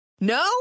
No